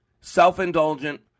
Self-indulgent